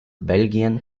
belgien